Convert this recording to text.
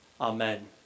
Amen